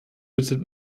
bittet